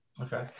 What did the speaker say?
Okay